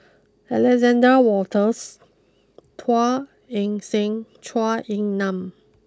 Alexander Wolters Teo Eng Seng Zhou Ying Nan